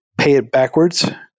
#PayItBackwards